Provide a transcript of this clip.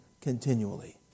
continually